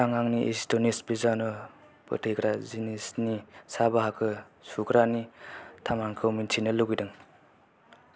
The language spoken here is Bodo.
आं आंनि एस्टनिश बिजानु फोथैग्रा जिनिसनि सा बाहागो सुग्रानि थामानखौ मिथिनो लुबैदों